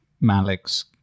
Malik's